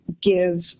give